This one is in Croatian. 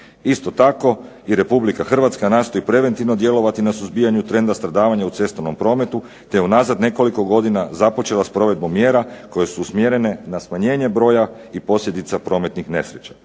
Isto tako i Republika Hrvatska nastoji preventivno djelovati na suzbijanju trenda stradavanja u cestovnom prometu, te unazad nekoliko godina započela s provedbom mjera koje su usmjerene na smanjenje broja i posljedica prometnih nesreća.